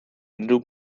unrhyw